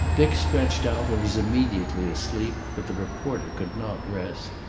dick stretched out and was immediately asleep, but the reporter could not rest.